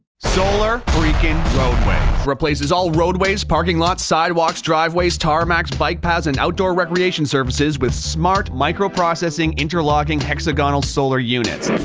solar freakin' roadways replaces all roadways, parking lots, sidewalks, driveways, tarmacs, bike paths and outdoor recreation surfaces with smart, microprocessing, interlocking, hexagonal solar units!